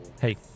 Hey